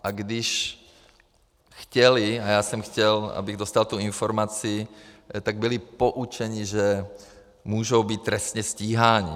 A když chtěli, a já jsem chtěl, abych dostal tu informaci, tak byli poučeni, mohou být trestně stíháni.